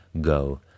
go